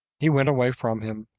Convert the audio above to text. he went away from him,